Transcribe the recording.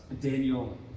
Daniel